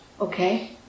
Okay